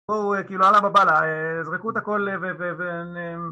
בואו כאילו, עלא באב אללה, זרקו את הכול ו...